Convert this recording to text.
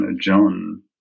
John